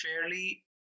fairly